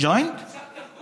אפשר תרגום,